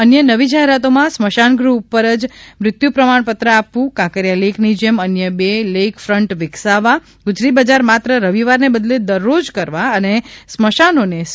અન્ય નવી જાહેરાતો માં સ્મશાન ગૃહ ઉપર જ મૃત્યુ પ્રમાણ પત્ર આપવું કાંકરિયા લેઈકની જેમ અન્ય બે લેઈક ફ્રન્ટ વિકસાવવા ગુજરી બજાર માત્ર રવિવારને બદલે દરરોજ કરવા અને સ્મશાનોને સી